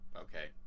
okay